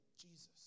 Jesus